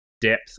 depth